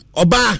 oba